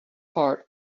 heart